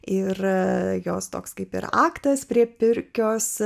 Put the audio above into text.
ir jos toks kaip ir akcijas prie pirkios